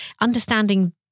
Understanding